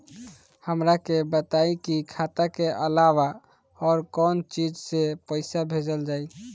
हमरा के बताई की खाता के अलावा और कौन चीज से पइसा भेजल जाई?